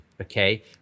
okay